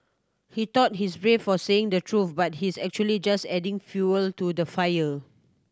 he thought he's brave for saying the truth but he's actually just adding fuel to the fire